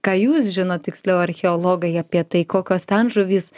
ką jūs žinot tiksliau archeologai apie tai kokios ten žuvys